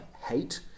hate